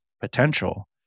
potential